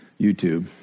YouTube